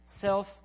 self